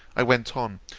i went on,